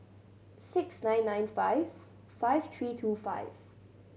six nine nine five five three two five